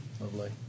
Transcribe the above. lovely